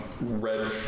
red